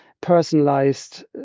personalized